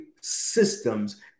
systems